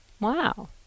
wow